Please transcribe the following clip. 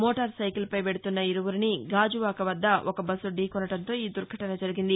motor సైకిల్పై వెడుతున్న ఇరువురిని గాజువాక వద్ద ఒక బస్సు ధీ కొనడంతో ఈ దుర్ఘటన జరిగింది